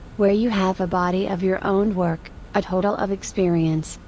where you have a body of your own work, a total of experience,